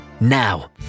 now